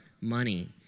money